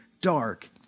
dark